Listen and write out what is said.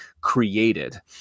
created